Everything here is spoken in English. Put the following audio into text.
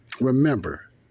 remember